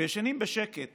וישנים בשקט